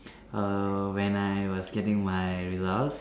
err when I was getting my results